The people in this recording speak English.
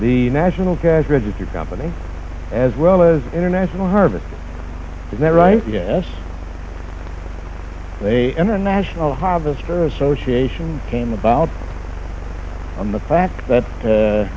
the national guys registered company as well as international harvest is that right yes they enter the national harvester association came about on the fact that